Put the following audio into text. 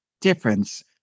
difference